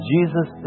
Jesus